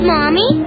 Mommy